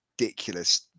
ridiculous